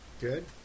Good